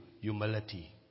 humility